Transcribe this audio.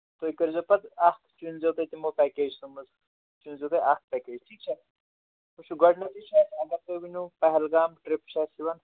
تُہۍ کٔرۍزیو پَتہٕ اَکھ چُنۍ زیو تُہۍ تِمو پیکیجزیو منٛز چُنۍ زیو تُہۍ اَکھ پیکیج ٹھیٖک چھا وٕچھُو گۄڈٕنٮ۪تھٕے چھُ اَسہِ اگر تُہۍ ؤنِو پہلگام ٹِرٛپ چھِ اَسہِ یِوان